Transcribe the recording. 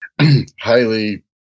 highly